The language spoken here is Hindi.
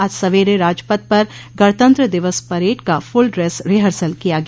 आज सवेरे राजपथ पर गणतंत्र दिवस परेड का फूल ड्रेस रिहर्सल किया गया